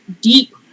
deep